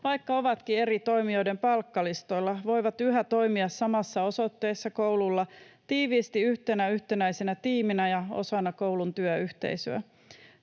vaikka onkin eri toimijoiden palkkalistoilla, voi yhä toimia samassa osoitteessa koululla tiiviisti yhtenä yhtenäisenä tiiminä ja osana koulun työyhteisöä.